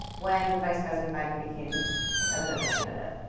when vice president biden became a presidential candidate.